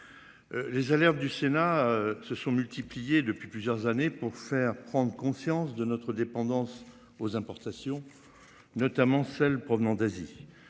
Les alertes du Sénat se sont multipliées depuis plusieurs années pour faire prendre conscience de notre dépendance aux importations. Notamment celles provenant d'Asie.